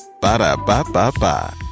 Ba-da-ba-ba-ba